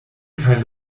kaj